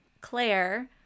Claire